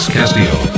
Castillo